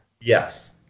Yes